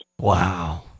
Wow